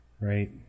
Right